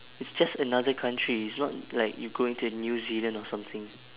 it's just another country it's not like you going to new zealand or something